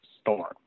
storm